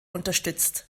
unterstützt